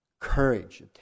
courage